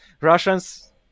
Russians